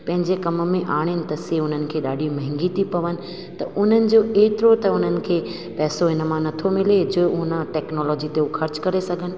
पंहिंजे कम में आणणु त सी उन्हनि खे ॾाढी महांगी थी पवनि त उन्हनि जो एतिरो त उन्हनि खे पैसो इन मां नथो मिले जो उन टैक्नोलॉजी ते उहे ख़र्च करे सघनि